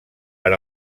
per